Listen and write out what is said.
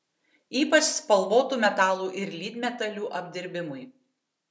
ypač spalvotų metalų ir lydmetalių apdirbimui